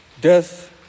Death